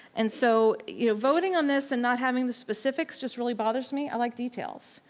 and so you know voting on this and not having the specifics just really bothers me, i like details.